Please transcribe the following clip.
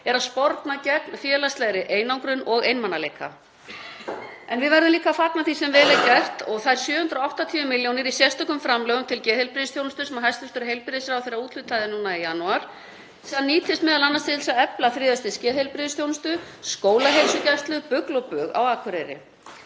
er að sporna gegn félagslegri einangrun og einmanaleika. En við verðum líka að fagna því sem vel er gert. Þær 780 millj. kr. í sérstökum framlögum til geðheilbrigðisþjónustu, sem hæstv. heilbrigðisráðherra úthlutaði núna í janúar, nýtast m.a. til þess að efla þriðja stigs geðheilbrigðisþjónustu, skólaheilsugæslu, BUGL og BUG á Akureyri.